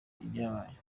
ibyabaye